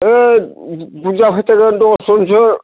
ओ बुरजा फैथारगोन दस जनसो